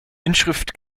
inschrift